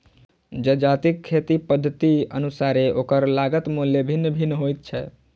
जजातिक खेती पद्धतिक अनुसारेँ ओकर लागत मूल्य भिन्न भिन्न होइत छै